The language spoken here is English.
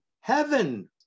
heaven